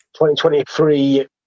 2023